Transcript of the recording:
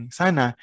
sana